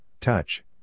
touch